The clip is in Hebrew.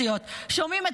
לא.